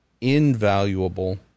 invaluable